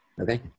Okay